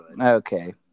Okay